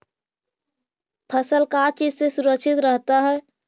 फसल का चीज से सुरक्षित रहता है?